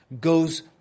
goes